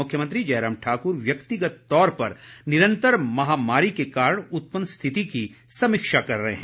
मुख्यमंत्री जयराम ठाकुर व्यक्तिगत तौर पर निरंतर महामारी के कारण उत्पन्न स्थिति की समीक्षा कर रहे हैं